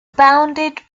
bounded